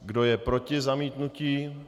Kdo je proti zamítnutí?